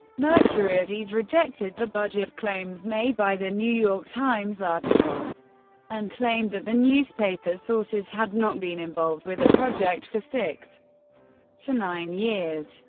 mercuriadis rejected the budget claims made by the new york times article and claimed that the newspaper's sources had not been involved with the project for six to nine years.